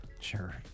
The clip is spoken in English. Sure